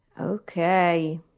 Okay